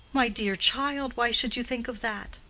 my dear child, why should you think of that?